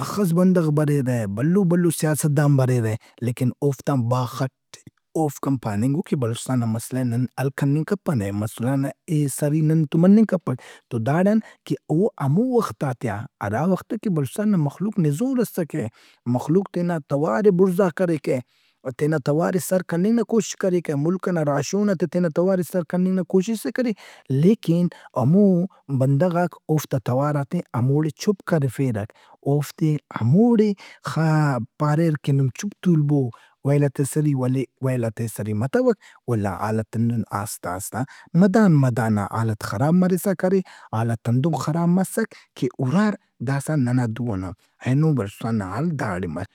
ہخس بندغ بریرہ، بھلو بھلو سیاستدان بریرہ لیکن اوفتم با خٹ اے، اوفک ہم پاننگ او کہ بلوچستان نا مسلہ ئے نن حل کننگ کپنہ۔ مسلہ نا ایسری نن تو مننگ کپک۔ تو داڑان کہ او ہمو وختاتے آ، ہرا وخت آ کہ بلوچستان نا مخلوق نزور اسکہ، مخلوق تینا توارے بُڑزا کریکہ۔ او تینا توارے سر کننگ نا کوشش کریکہ ملک ئنا راہشونات آ تینا توار سر کننگ نا کوشس ئے کرے۔ لیکن ہمو بندغاک اوفتا توارات ئے ہموڑے چُپ کرفیرک۔ اوفتے ہموڑے خا-ب- پاریر کہ نُم چُپ تُولبو، ویلات آ ایسری ولے ویلات آ ایسری متوک۔ ولا حالت ہندن آستہ آستہ، مدان مدانا حالت خراب مرسا کرے۔ حالت ہندن خراب مسک کہ ہُرار داسا ننا دُو ان ہم۔ اینو بلوچستان نا حال داڑے مر۔